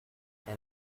and